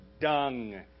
dung